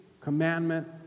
commandment